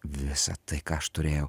visą tai ką aš turėjau